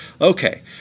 okay